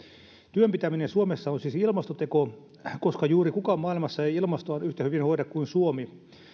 työn pitäminen suomessa on siis ilmastoteko koska juuri kukaan maailmassa ei ilmastoaan yhtä hyvin hoida kuin suomi